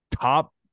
top